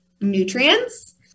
nutrients